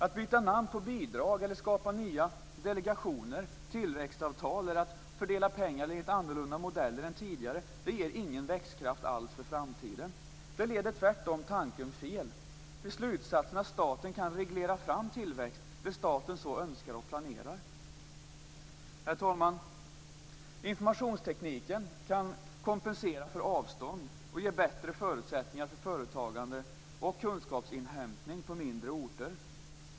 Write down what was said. Att byta namn på bidrag eller skapa nya regionala delegationer, tillväxtavtal eller att fördela pengar enligt annorlunda modeller än tidigare ger ingen växtkraft alls för framtiden. Det leder tvärtom tanken fel - till slutsatsen att staten kan reglera fram tillväxt där staten så önskar och planerar. Herr talman! Informationstekniken kan kompensera för avstånd och ge bättre förutsättningar för företagande och kunskapsinhämtning på mindre orter.